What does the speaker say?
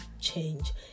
change